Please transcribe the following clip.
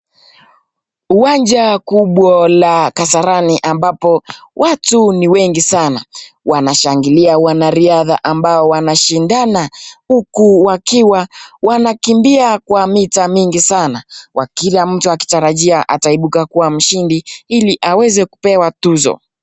Uwanja kubwa la Kasarani ambapo watu ni wengi sana wanashagilia wanaridha, ambao wanashindana huku wakiwa wamekimbia kwa mita mingi sana, kila mtu anatarajia ataibuka kuwa mshindi ili aweze kupewa tuzo.